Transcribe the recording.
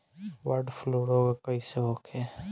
Bird flu रोग कईसे होखे?